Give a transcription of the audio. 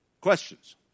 Questions